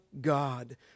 God